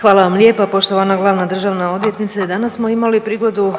Hvala vam lijepa. Poštovana glavna državna odvjetnice. Danas smo imali prigodu